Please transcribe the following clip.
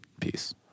peace